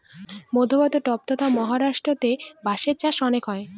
মধ্য ভারতে ট্বতথা মহারাষ্ট্রেতে বাঁশের চাষ অনেক হয়